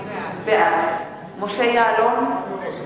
בעד משה יעלון,